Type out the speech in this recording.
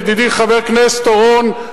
ידידי חבר הכנסת אורון,